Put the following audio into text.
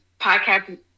podcast